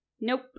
Nope